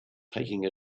taking